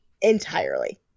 entirely